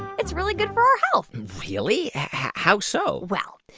it's really good for our health really? how so? well,